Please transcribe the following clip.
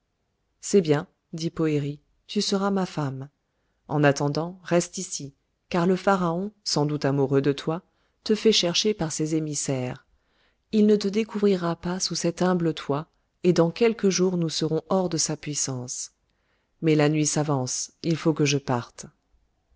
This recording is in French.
c'est bien dit poëri tu seras ma femme en attendant reste ici car le pharaon sans doute amoureux de toi te fait chercher par ses émissaires il ne te découvrira pas sous cet humble toit et dans quelques jours nous serons hors de sa puissance mais la nuit s'avance il faut que je parte